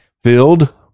filled